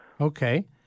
Okay